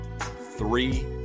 three